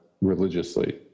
religiously